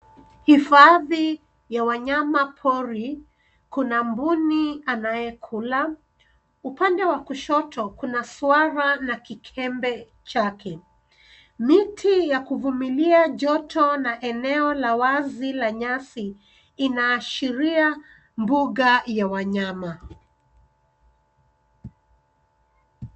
Hifadhi ya wanyama pori kuna mbuni anayekula, upande wa kushoto kuna swara na kikembe chake. Miti ya kuvumilia joto na eneo la wazi la nyasi inaashiria mbuga ya wanyama.